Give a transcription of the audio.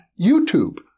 YouTube